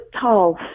tall